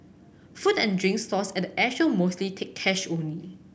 food and drink stalls at the Air show mostly take cash only